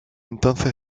entonces